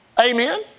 Amen